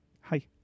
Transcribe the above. hi